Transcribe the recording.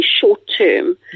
short-term